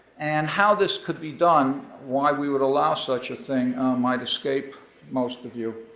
and how this could be done, why we would allow such a thing might escape most of you,